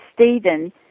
Stephen